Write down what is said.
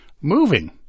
moving